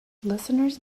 listeners